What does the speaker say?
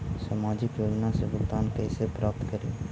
सामाजिक योजना से भुगतान कैसे प्राप्त करी?